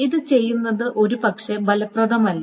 ഇത് ചെയ്യുന്നത് ഒരുപക്ഷേ ഫലപ്രദമല്ല